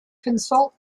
consult